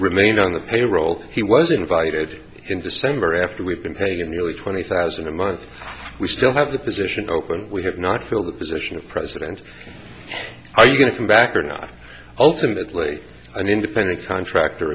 remain on the payroll he was invited in december after we've been paying nearly twenty thousand a month we still have the position open we have not fill the position of president are you going to come back or not ultimately an independent contractor